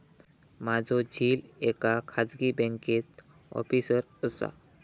माझो झिल एका खाजगी बँकेत ऑफिसर असा